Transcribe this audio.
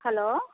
hello